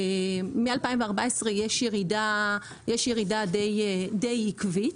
מ-2014 יש ירידה די עקבית.